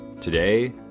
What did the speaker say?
Today